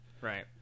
Right